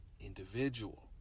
individual